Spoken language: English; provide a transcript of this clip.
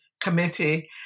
committee